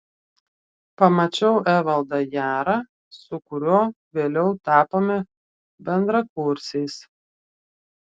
pamačiau evaldą jarą su kuriuo vėliau tapome bendrakursiais